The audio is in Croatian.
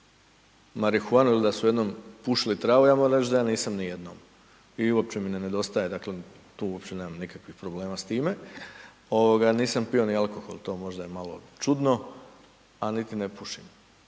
marihuanu ili da su jednom pušili travu, ja moram reći da ja nisam nijednom i uopće mi ne nedostaje, dakle, tu uopće nemam nikakvih problema s time, nisam pio ni alkohol, to možda je malo čudno, a niti ne pušim,